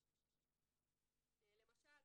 למשל,